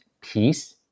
Peace